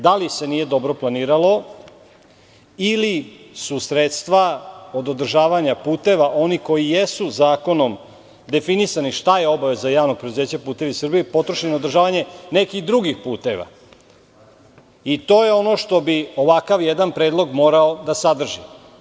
Da li se nije dobro planiralo ili su sredstva od održavanja puteva, oni koji jesu zakonom definisani šta je obaveza Javnog preduzeća "Putevi Srbije" potrošeni na održavanje nekih drugih puteva i to je ono što bi ovakav jedan predlog morao da sadrži.